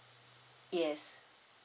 yes